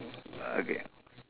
okay